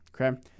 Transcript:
okay